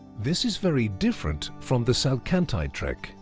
this is very different from the salkantay trek,